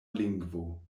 lingvo